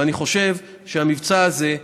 ואני חושב שהמבצע הזה,